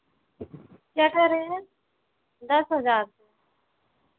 क्या कह रहे हैं दस हज़ार